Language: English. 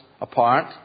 apart